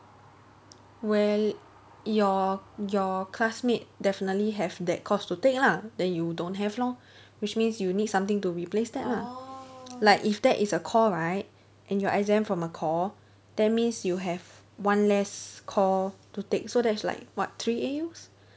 well your your classmate definitely have that course to take lah then you don't have lor which means you need something to replace that lah like if that is a core right and you are exempt from a core that means you have one less core to take so that's like what three A_Us